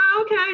okay